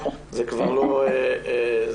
זה כבר לא המצב.